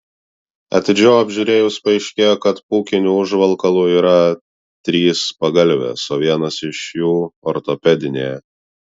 atidžiau apžiūrėjus paaiškėja kad pūkiniu užvalkalu yra trys pagalvės o vienas iš jų ortopedinė